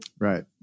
right